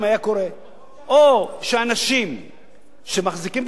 או שאנשים שמחזיקים את הדירות האלה היו משכירים אותן.